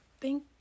thank